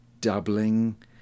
doubling